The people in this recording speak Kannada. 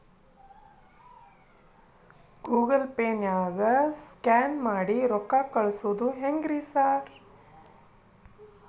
ಗೂಗಲ್ ಪೇನಾಗ ಸ್ಕ್ಯಾನ್ ಮಾಡಿ ರೊಕ್ಕಾ ಕಳ್ಸೊದು ಹೆಂಗ್ರಿ ಸಾರ್?